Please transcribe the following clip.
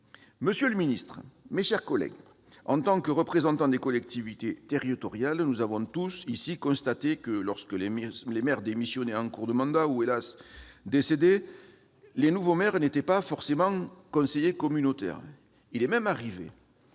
Monsieur le ministre, mes chers collègues, en tant que représentants des collectivités territoriales, nous avons tous constaté que lorsque les maires démissionnaient en cours de mandat ou, hélas, décédaient, les nouveaux maires n'étaient pas forcément conseillers communautaires. Il est même arrivé